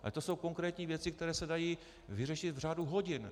Ale to jsou konkrétní věci, které se dají vyřešit v řádu hodin.